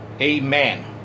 Amen